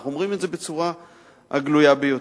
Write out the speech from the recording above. אנחנו אומרים את זה בצורה הגלויה ביותר.